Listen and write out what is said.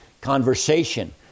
conversation